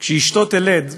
כשאשתו תלד,